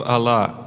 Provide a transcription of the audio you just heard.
Allah